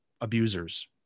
abusers